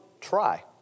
try